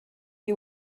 you